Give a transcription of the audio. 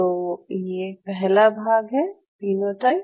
तो ये पहला भाग है फीनोटाइप